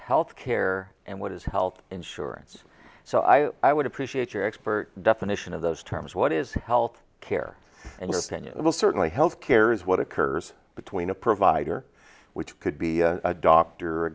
healthcare and what is health insurance so i i would appreciate your expert definition of those terms what is health care and you're thin you will certainly health care is what occurs between a provider which could be a doctor or